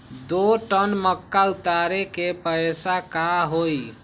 दो टन मक्का उतारे के पैसा का होई?